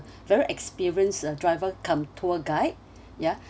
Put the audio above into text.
very experienced uh driver cum tour guide ya